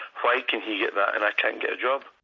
why can he get that and i can't get a job?